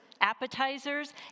appetizers